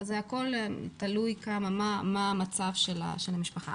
זה הכול תלוי מה המצב של המשפחה.